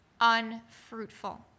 unfruitful